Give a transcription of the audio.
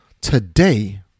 Today